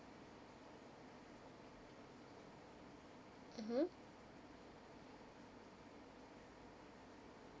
mmhmm